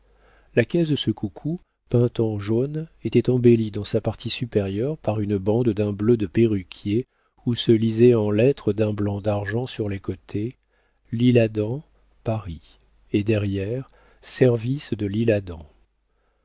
la caisse de ce coucou peinte en jaune était embellie dans sa partie supérieure par une bande d'un bleu de perruquier où se lisaient en lettres d'un blanc d'argent sur les côtés lisle adam paris et derrière service de l'isle-adam